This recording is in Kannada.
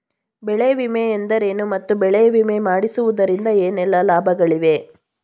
ಬೆಳೆ ವಿಮೆ ಎಂದರೇನು ಮತ್ತು ಬೆಳೆ ವಿಮೆ ಮಾಡಿಸುವುದರಿಂದ ಏನೆಲ್ಲಾ ಲಾಭಗಳಿವೆ?